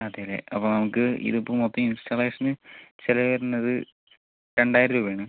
അതെ അല്ലേ അപ്പോൾ നമുക്ക് ഇതിപ്പം ഇൻസ്റ്റാളേഷന് ചെലവ് വരണത് രണ്ടായിരം രൂപ ആണ്